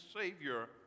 savior